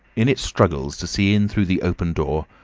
in its struggles to see in through the open door,